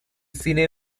cine